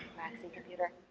maxi computer.